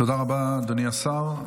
תודה רבה, אדוני השר.